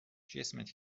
جسمت